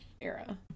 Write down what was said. era